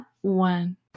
one